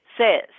says